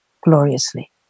gloriously